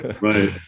Right